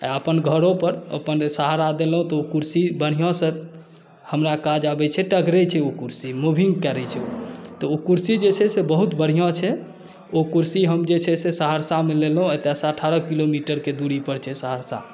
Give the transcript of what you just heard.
आ अपन घरोपर अपन जे सहारा देलहुँ तऽ ओ कुरसी बढ़िआँसँ हमरा काज आबैत छै टघरैत छै ओ कुरसी मूविंग करैत छै तऽ ओ कुरसी जे छै से बहुत बढ़िआँ छै ओ कुरसी हम जे छै से सहरसामे लेलहुँ आ एतयसँ अठारह किलोमीटरके दूरीपर छै सहरसा